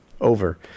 over